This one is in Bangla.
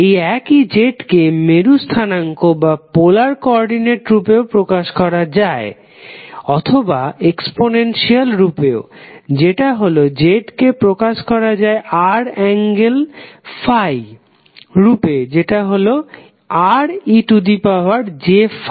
এই একই z কে মেরু স্থানাঙ্ক রূপেও প্রকাশ করা যায় অথবা এক্সপোনেনসিয়াল রূপেও যেটা হলো z কে প্রকাশ করা যায় r∠∅ রূপেও যেটা হলো rej∅